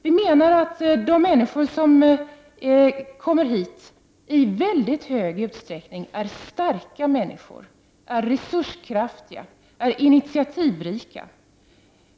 Vi menar att de människor som kommer hit i mycket stor utsträckning är starka människor, resurskraftiga och initiativrika.